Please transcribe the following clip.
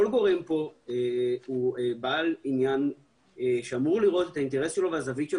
כל גורם פה הוא בעל עניין שאמור לראות את האינטרס שלו ואת הזווית שלו,